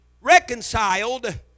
reconciled